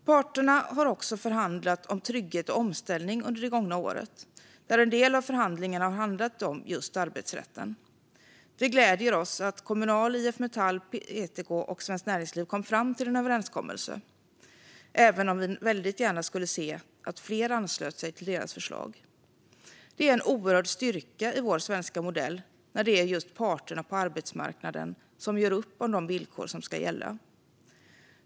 Parterna har också förhandlat om trygghet och omställning under det gångna året, och en del av förhandlingarna har handlat om just arbetsrätten. Det gläder oss att Kommunal, IF Metall, PTK och Svenskt Näringsliv kom fram till en överenskommelse, även om vi väldigt gärna skulle sett att fler anslöt sig till deras förslag. Det är en oerhörd styrka i vår svenska modell att det är just parterna på arbetsmarknaden som gör upp om de villkor som ska gälla.